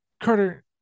Carter